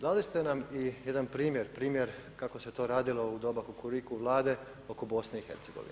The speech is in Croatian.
Dali ste nam i jedan primjer, primjer kako se to radilo u doba Kukuriku vlade oko BiH.